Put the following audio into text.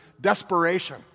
desperation